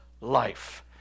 life